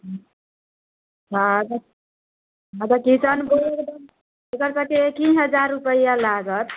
हँ एकर सभकेँ तीन हजार रुपआ लागत